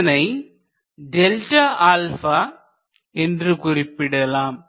இதனை Δα என்று குறிப்பிடலாம்